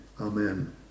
Amen